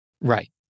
right